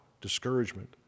discouragement